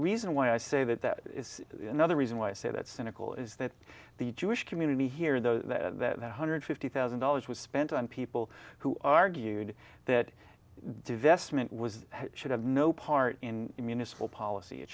reason why i say that that is another reason why i say that cynical is that the jewish community here though that one hundred fifty thousand dollars was spent on people who argued that divestment was should have no part in municipal policy it